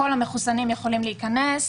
כל המחוסנים יכולים להיכנס